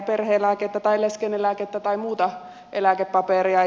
perhe eläkettä leskeneläkettä tai muuta eläkepaperia